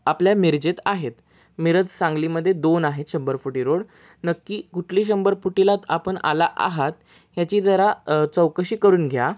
आपल्या मिरजेत आहेत मिरज सांगलीमध्ये दोन आहेत शंभर फुटी रोड नक्की कुठली शंभर फुटीलात आपण आला आहात ह्याची जरा चौकशी करून घ्या